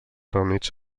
reunits